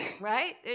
right